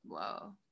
Whoa